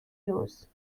use